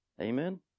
Amen